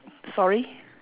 sorry